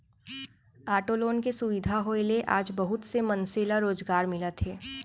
auto loan के सुबिधा होए ले आज बहुत से मनसे ल रोजगार मिलत हे